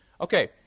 Okay